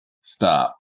stop